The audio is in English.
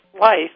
life